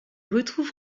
retrouve